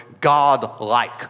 god-like